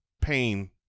pain